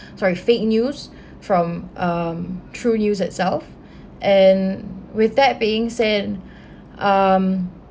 sorry fake news from um true news itself and with that being said um